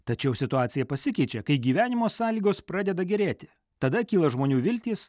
tačiau situacija pasikeičia kai gyvenimo sąlygos pradeda gerėti tada kyla žmonių viltys